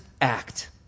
act